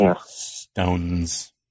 Stones